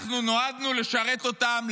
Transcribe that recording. אנחנו נועדנו לשרת אותם,